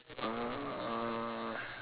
uh